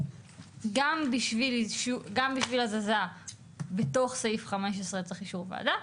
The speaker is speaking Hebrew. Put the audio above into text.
גם בשביל הזזה בתוך סעיף 15 צריך אישור ועדה.